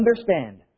understand